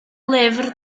lyfr